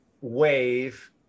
wave